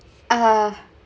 uh